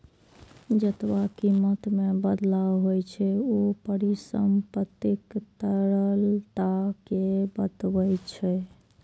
जेतबा कीमत मे बदलाव होइ छै, ऊ परिसंपत्तिक तरलता कें बतबै छै